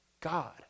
God